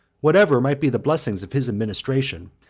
whatsoever might be the blessings of his administration,